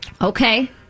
Okay